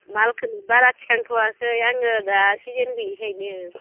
मालखोनो बारा थिखांथआखै आङो दा सिजेन गैयैखायनो